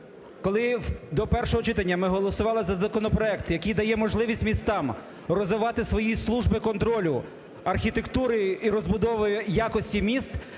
Коли до першого читання ми голосували за законопроект, який дає можливість містам розвивати свої служби контролю, архітектури і розбудови якості міст,